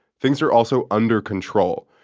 things are also under control.